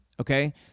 okay